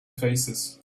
faces